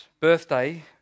birthday